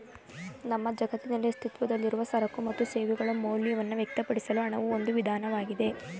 ನಮ್ಮ ಜಗತ್ತಿನಲ್ಲಿ ಅಸ್ತಿತ್ವದಲ್ಲಿರುವ ಸರಕು ಮತ್ತು ಸೇವೆಗಳ ಮೌಲ್ಯವನ್ನ ವ್ಯಕ್ತಪಡಿಸಲು ಹಣವು ಒಂದು ವಿಧಾನವಾಗಿದೆ